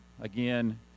Again